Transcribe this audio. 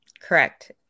Correct